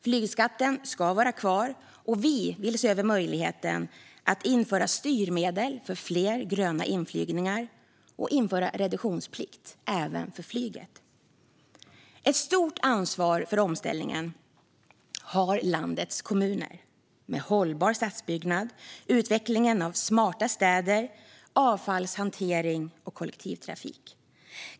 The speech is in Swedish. Flygskatten ska vara kvar, och vi vill se över möjligheten att införa styrmedel för fler gröna inflygningar och införa reduktionsplikt även för flyget. Ett stort ansvar för omställningen har landets kommuner med hållbar stadsbyggnad, utvecklingen av smarta städer, avfallshantering och kollektivtrafik.